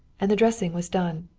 and the dressing was done.